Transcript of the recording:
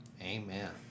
amen